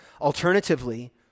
Alternatively